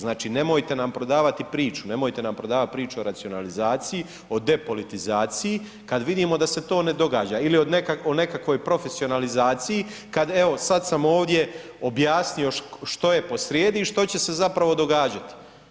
Znači, nemojte nam prodavati priču, nemojte nam prodavat priču o racionalizaciji, o depolitizaciji, kad vidimo da se to ne događa ili o nekakvoj profesionalizaciji, kad evo, sad sam ovdje objasnio što je posrijedi i što će se zapravo događati.